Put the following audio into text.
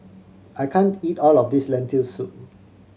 I can't eat all of this Lentil Soup